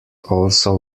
also